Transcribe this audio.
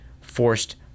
forced